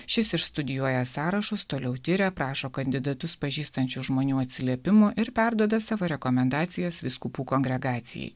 šis išstudijuoja sąrašus toliau tiria prašo kandidatus pažįstančių žmonių atsiliepimų ir perduoda savo rekomendacijas vyskupų kongregacijai